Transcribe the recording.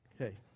Okay